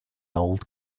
old